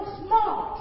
smart